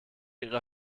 ihre